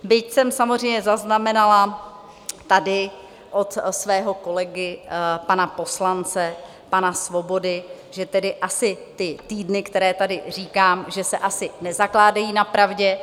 Byť jsem samozřejmě zaznamenala tady od svého kolegy, pana poslance, pana Svobody, že tedy asi ty týdny, které tady říkám, že se asi nezakládají na pravdě.